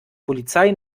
polizei